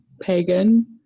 Pagan